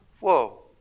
Whoa